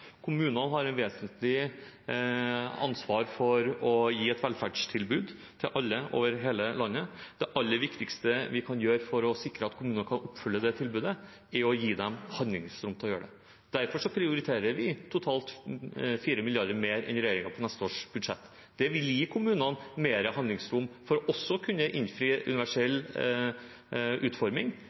Kommunene har et vesentlig ansvar for å gi et velferdstilbud til alle i hele landet, og det aller viktigste vi kan gjøre for å sikre at kommunene kan oppfylle det tilbudet, er å gi dem handlingsrom til å gjøre det. Derfor prioriterer vi totalt 4 mrd. kr mer enn regjeringen på neste års budsjett. Det vil gi kommunene større handlingsrom for også å kunne innfri universell utforming,